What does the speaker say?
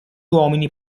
uomini